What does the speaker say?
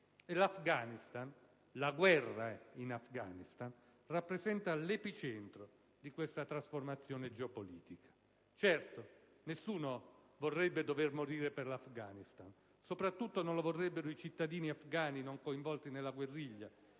E l'Afghanistan - la guerra in Afghanistan - rappresenta l'epicentro di questa trasformazione geopolitica. Certo, nessuno vorrebbe dover morire per l'Afghanistan. Soprattutto non lo vorrebbero i cittadini afgani non coinvolti nella guerriglia,